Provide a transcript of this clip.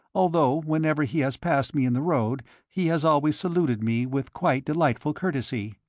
although whenever he has passed me in the road he has always saluted me with quite delightful courtesy.